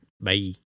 Bye